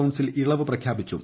council ഇളവ് പ്രഖ്യാപിച്ചു